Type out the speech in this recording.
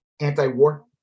anti-war